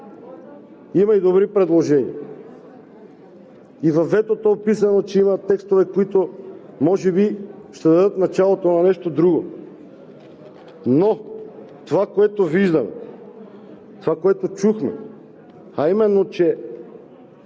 има и добри предложения. И във ветото е описано, че има текстове, които може би ще дадат началото на нещо друго. Но това, което виждаме, това, което чухме, а именно, че: